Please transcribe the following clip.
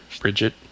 Bridget